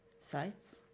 sites